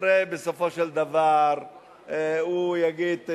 הרי בסופו של דבר הוא יגיד,